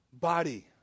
body